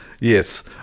Yes